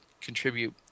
contribute